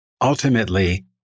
ultimately